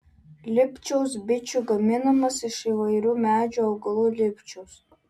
lipčiaus bičių gaminamas iš įvairių medžių augalų lipčiaus